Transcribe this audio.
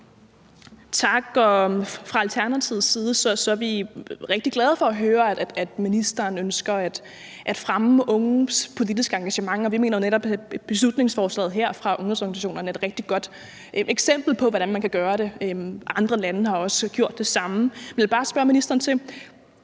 Fra Alternativets side er vi rigtig glade for at høre, at ministeren ønsker at fremme unges politiske engagement. Vi mener netop, at beslutningsforslaget her fra ungdomsorganisationerne er et rigtig godt eksempel på, hvordan man kan gøre det, og andre lande har gjort det samme. Jeg vil bare spørge ministeren om,